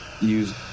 use